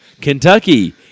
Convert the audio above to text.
Kentucky